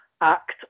act